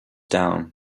down